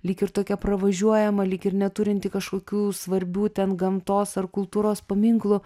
lyg ir tokia pravažiuojama lyg ir neturinti kažkokių svarbių ten gamtos ar kultūros paminklų